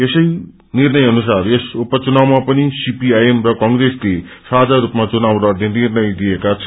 यसै निर्णय अनुसार यस उपचुनावमा पनि सीपीआईएम र कंग्रेसले साझा स्रपामा चुनाव लड़ने निर्णय लिएका छन्